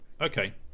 Okay